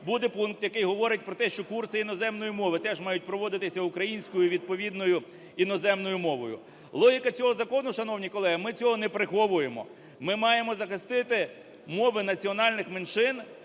буде пункт, який говорить про те, що курси іноземної мови теж мають проводитися українською і відповідною іноземною мовою. Логіка цього закону, шановні колеги, ми цього не приховуємо: ми маємо захистити мови національних меншин,